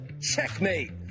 Checkmate